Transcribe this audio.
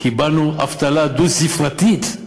קיבלנו אבטלה דו-ספרתית,